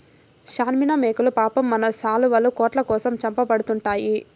షాస్మినా మేకలు పాపం మన శాలువాలు, కోట్ల కోసం చంపబడతండాయి